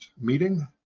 meeting